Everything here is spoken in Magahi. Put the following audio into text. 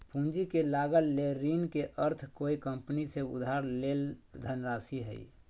पूंजी के लागत ले ऋण के अर्थ कोय कंपनी से उधार लेल धनराशि हइ